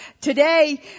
Today